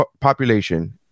population